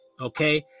Okay